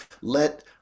Let